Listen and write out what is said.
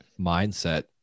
mindset